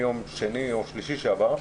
מיום שני או שלישי שעבר,